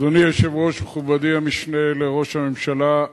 אדוני היושב-ראש, מכובדי המשנה לראש הממשלה,